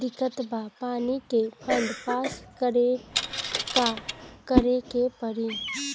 दिक्कत बा पानी के फोन्ड पास करेला का करे के पड़ी?